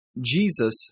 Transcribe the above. Jesus